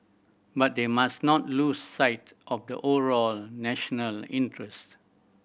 but they must not lose sight of the overall national interest